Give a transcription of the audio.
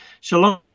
Shalom